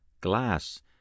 glass